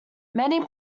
many